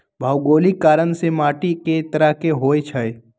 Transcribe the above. भोगोलिक कारण से माटी कए तरह के होई छई